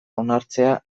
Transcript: onartzea